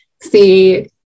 see